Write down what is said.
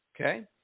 okay